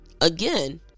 again